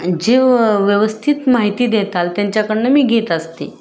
जे व व्यवस्थित माहिती देताल त्यांच्याकडनं मी घेत असते